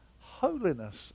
holiness